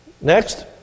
Next